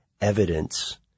evidence